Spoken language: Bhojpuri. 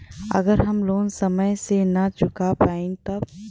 अगर हम लोन समय से ना चुका पैनी तब?